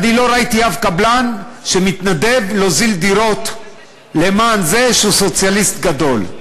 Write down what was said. אני לא ראיתי אף קבלן שמתנדב להוזיל דירות כי הוא סוציאליסט גדול.